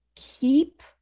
keep